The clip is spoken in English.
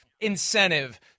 incentive